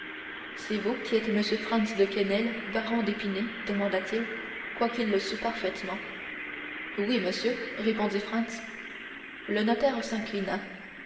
c'est vous qui êtes monsieur franz de quesnel baron d'épinay demanda-t-il quoiqu'il le sût parfaitement oui monsieur répondit franz le notaire s'inclina